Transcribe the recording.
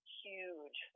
huge